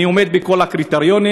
אני עומד בכל הקריטריונים.